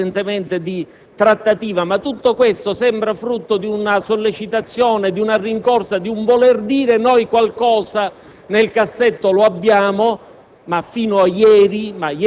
anche in sede di trattativa, ma tutto questo sembra frutto di una sollecitazione, di una rincorsa, di un voler dire: «noi qualcosa nel cassetto lo abbiamo».